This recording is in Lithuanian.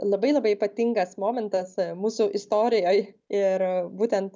labai labai ypatingas momentas mūsų istorijoj ir būtent